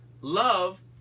Love